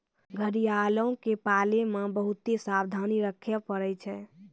घड़ियालो के पालै मे बहुते सावधानी रक्खे पड़ै छै